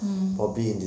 mm